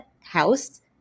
House